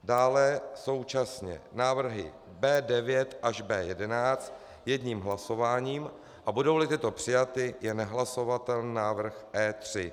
Dále současně návrhy B9 až B11 jedním hlasováním, a budouli tyto přijaty, je nehlasovatelný návrh E3.